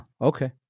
Okay